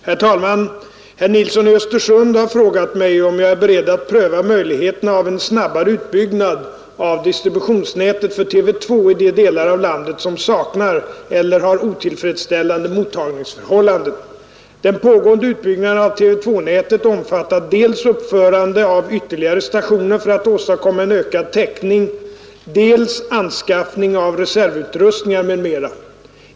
Herr talman! Herr Nilsson i Östersund har frågat mig om jag är beredd att pröva möjligheterna av en snabbare utbyggnad av distributionsnätet för TV 2 i de delar av landet som saknar eller har otillfredsställande mottagningsförhållanden. Den pågående utbyggnaden av TV 2-nätet omfattar dels uppförande av ytterligare stationer för att åstadkomma en ökad täckning, dels anskaffning av reservutrustningar m.m.